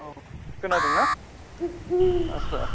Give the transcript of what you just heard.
औ खोनादोंना आच्चा